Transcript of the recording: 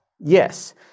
yes